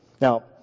now